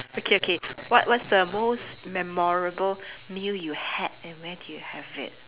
okay okay what what's the most memorable meal you had and where did you have it